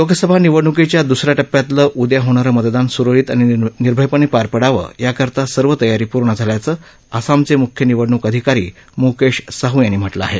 लोकसभा निवडणुकीच्या दुस या टप्प्यातलं उद्या होणारं मतदान सुरळीत आणि निर्भयपणे पार पडावं याकरता सर्व तयारी पूर्ण झाल्याचं आसामचे मुख्य निवडणूक आधिकारी मुकेश साहू यांनी म्हटलं आहे